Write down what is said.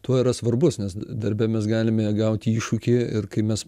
tuo yra svarbus nes darbe mes galime gauti iššūkį ir kai mes